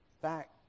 back